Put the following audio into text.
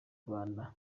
rwanda